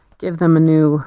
give them a new